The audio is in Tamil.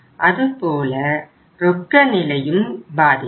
அதுபோல ரொக்க நிலையும் பாதிக்கும்